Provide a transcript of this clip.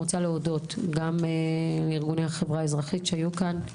רוצה להודות לארגוני החברה האזרחית שהיו כאן.